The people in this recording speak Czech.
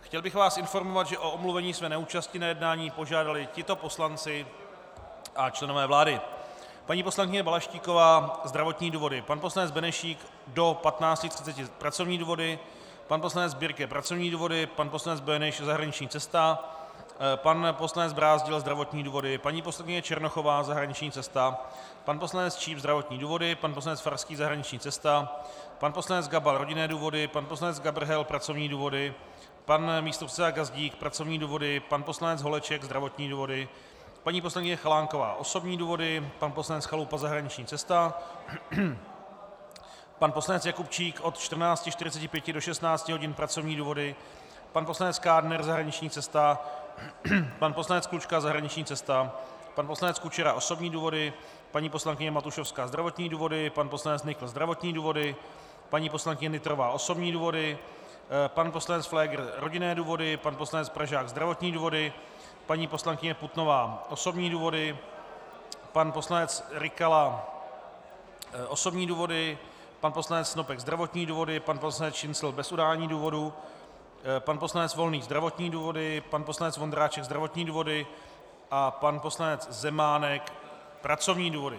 Chtěl bych vás informovat, že o omluvení své neúčasti na jednání požádali tito poslanci a členové vlády: paní poslankyně Balaštíková zdravotní důvody, pan poslanec Benešík do 15.30 pracovní důvody, pan poslanec Birke pracovní důvody, pan poslanec Böhnisch zahraniční cesta, pan poslanec Brázdil zdravotní důvody, paní poslankyně Černochová zahraniční cesta, pan poslanec Číp zdravotní důvody, pan poslanec Farský zahraniční cesta, pan poslanec Gabal rodinné důvody, pan poslanec Gabrhel pracovní důvody, pan místopředseda Gazdík pracovní důvody, pan poslanec Holeček zdravotní důvody, paní poslankyně Chalánková osobní důvody, pan poslanec Chalupa zahraniční cesta, pan poslanec Jakubčík od 14.45 do 16 hodin pracovní důvody, pan poslanec Kádner zahraniční cesta, pan poslanec Klučka zahraniční cesta, pan poslanec Kučera osobní důvody, paní poslankyně Matušovská zdravotní důvody, pan poslanec Nykl zdravotní důvody, paní poslankyně Nytrová osobní důvody, pan poslanec Pfléger rodinné důvody, pan poslanec Pražák zdravotní důvody, paní poslankyně Putnová osobní důvody, pan poslanec Rykala osobní důvody, pan poslanec Snopek zdravotní důvody, pan poslanec Šincl bez udání důvodu, pan poslanec Volný zdravotní důvody, pan poslanec Vondráček zdravotní důvody a pan poslanec Zemánek pracovní důvody.